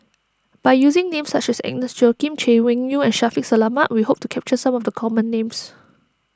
by using names such as Agnes Joaquim Chay Weng Yew and Shaffiq Selamat we hope to capture some of the common names